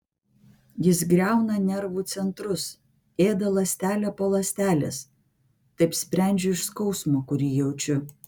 jis griauna nervų centrus ėda ląstelę po ląstelės taip sprendžiu iš skausmo kurį jaučiu